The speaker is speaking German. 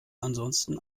ansonsten